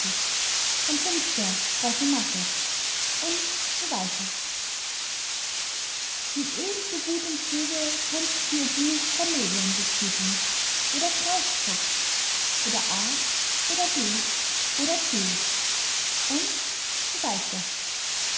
ein fünfter thrasymachus und so weiter mit eben so gutem fuge könnten sie ihr buch cameleon betitlen oder krautskopf oder a oder b oder c und so weiter